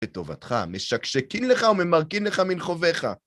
לטובתך, משקשקין וממרקין לך מן חוביך.